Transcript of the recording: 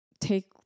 take